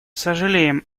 сожалеем